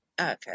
okay